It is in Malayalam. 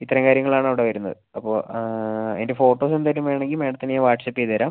ഇത്രയും കാര്യങ്ങളാണ് അവിടെ വരുന്നത് അപ്പോൾ അതിന്റെ ഫോട്ടോസ് എന്തെങ്കിലും വേണമെങ്കിൽ മാഡത്തിന് ഞാൻ വാട്സപ്പ് ചെയ്ത് തരാം